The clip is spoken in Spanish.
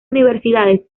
universidades